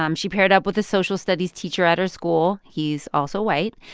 um she paired up with a social studies teacher at her school. he's also white.